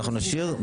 אני שואל משפטית,